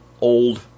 old